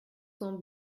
son